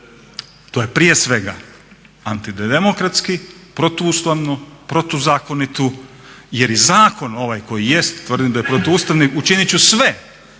To je prije svega antidemokratski, protuustavno, protuzakonito jer i zakon ovaj koji jeste tvrdim da je protuustavan. Učinit ću sve